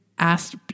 Asked